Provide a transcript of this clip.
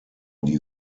die